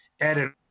edit